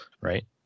right